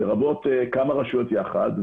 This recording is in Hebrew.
לרבות כמה רשויות יחד,